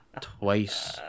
Twice